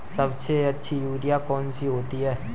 सबसे अच्छी यूरिया कौन सी होती है?